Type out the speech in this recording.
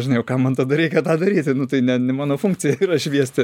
žinai o kam man tada reikia tą daryti nu tai ne mano funkcija yra šviesti